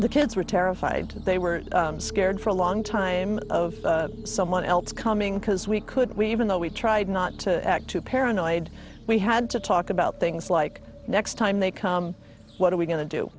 the kids were terrified they were scared for a long time of someone else coming because we could we even though we tried not to act too paranoid we had to talk about things like next time they come what are we go